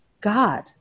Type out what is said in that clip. God